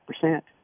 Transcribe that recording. percent